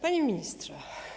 Panie Ministrze!